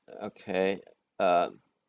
okay um